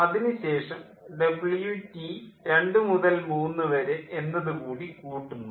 അതിനു ശേഷം WT എന്നതു കൂടി കൂട്ടുന്നു